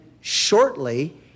shortly